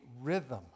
rhythm